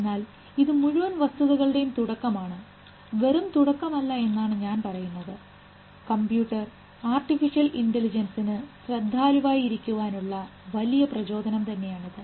എന്നാൽ ഇത് മുഴുവൻ വസ്തുതകളുടെയും തുടക്കമാണ് വെറും തുടക്കം അല്ല എന്നാണ് ഞാൻ പറയുന്നത് കമ്പ്യൂട്ടർ ആർട്ടിഫിഷ്യൽ ഇൻറലിജൻസ്നു ശ്രദ്ധാലുവായി ഇരിക്കുവാനുള്ള വലിയ പ്രചോദനം തന്നെയാണിത്